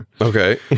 Okay